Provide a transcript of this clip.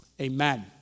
Amen